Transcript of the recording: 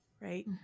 Right